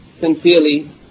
sincerely